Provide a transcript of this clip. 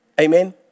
Amen